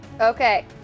Okay